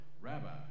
Rabbi